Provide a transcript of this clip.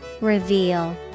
Reveal